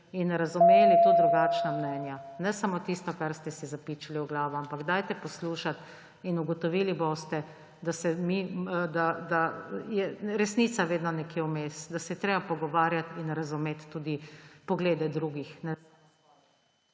in razumeli tudi drugačna mnenja, ne samo tisto, kar ste si zapičili v glavo. Ampak poslušajte in ugotovili boste, da je resnica vedno nekje vmes, da se je treba pogovarjati in razumeti tudi poglede drugih,